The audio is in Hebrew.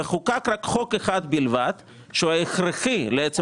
חוקק רק חוק אחד בלבד שהוא הכרחי לעצם